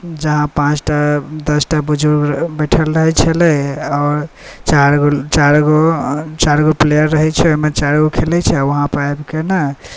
जहाँ पाँचटा दसटा बुजुर्ग बैठल रहैत छलै और चारि गो प्लेयर रहैत छै ओहिमे चारि गो खेलैत छै आ वहाँपर आबिके ने